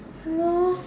ya lor